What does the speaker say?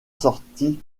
sorti